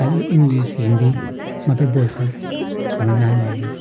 खालि इङ्लिस हिन्दी मात्रै बोल्छ हाम्रो नानीहरूले